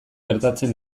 gertatzen